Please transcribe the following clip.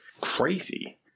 crazy